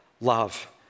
love